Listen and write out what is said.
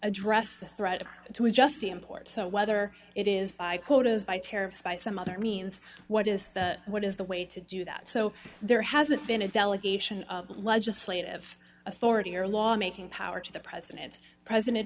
address the threat to adjust the imports so whether it is by quotas by tariffs by some other means what is the what is the way to do that so there hasn't been a delegation of legislative authority or law making power to the president president